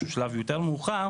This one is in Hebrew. שהוא שלב יותר מאוחר,